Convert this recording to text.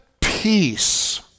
peace